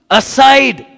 aside